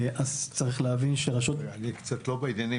צריך להבין שהרשות --- אני קצת לא בעניינים,